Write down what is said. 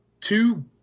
Two